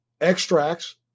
extracts